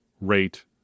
rate